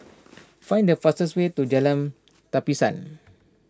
find the fastest way to Jalan Tapisan